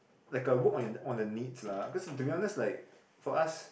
like a work on on a needs lah cause to be honest like for us